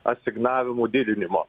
asignavimų didinimo